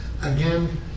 again